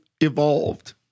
Evolved